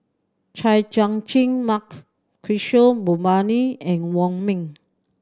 Chay Jung Jun Mark Kishore Mahbubani and Wong Ming